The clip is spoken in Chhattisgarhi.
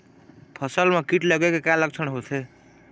फसल म कीट लगे के का लक्षण होथे?